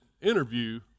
interview